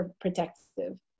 protective